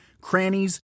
crannies